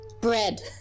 bread